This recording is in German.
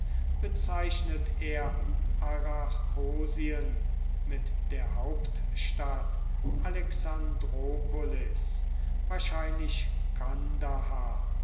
bezeichnet er arachosien mit der hauptstadt alexandropolis wahrscheinlich